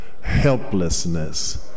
helplessness